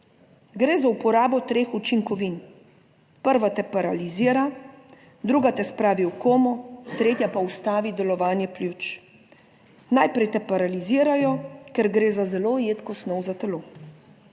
Gre za uporabo treh učinkovin, prva te paralizira, druga te spravi v komo, tretja pa ustavi delovanje pljuč. Najprej te paralizirajo, ker gre za zelo redko snov za telo.